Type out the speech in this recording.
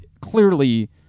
clearly